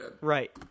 Right